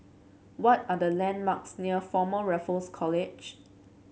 what are the landmarks near Former Raffles College